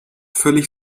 völlig